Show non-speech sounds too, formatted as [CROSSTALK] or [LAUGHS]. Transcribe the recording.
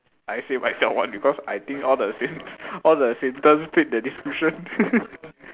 I say myself one because I think all the symp~ all the symptoms fit the description [LAUGHS]